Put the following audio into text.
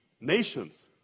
nations